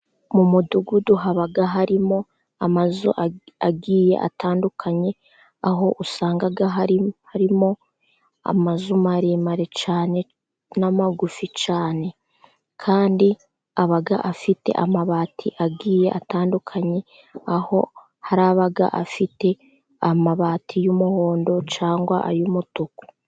Mu Mudugudu haba harimo amazu agiye atandukanye, aho usanga harimo amazu maremare cyane n'amagufi cyane. Kandi aba afite amabati agiye atandukanye, aho haba hari afite amabati y'umuhondo cyangwa ay'umutuku.